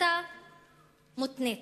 הפרטה מותנית,